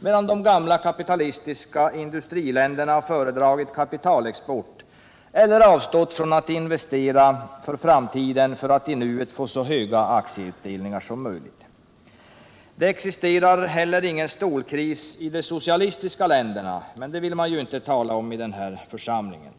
medan de gamla kapitalistiska industriländerna föredragit kapitalexport eller avstått från att investera för framtiden för att i nuet få så höga aktieutdelningar som möjligt. Det existerar heller ingen stålkris i de socialistiska länderna, men det vill man inte tala om i den här församlingen.